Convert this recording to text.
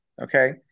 okay